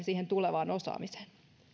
siihen tulevaan osaamiseen